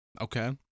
Okay